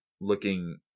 looking